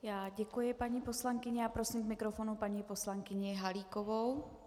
Já děkuji, paní poslankyně, a prosím k mikrofonu paní poslankyni Halíkovou.